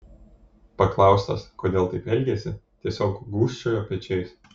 paklaustas kodėl taip elgėsi tiesiog gūžčiojo pečiais